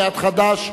סיעת חד"ש,